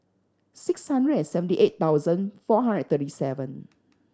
six hundred and seventy eight thousand four hundred thirty seven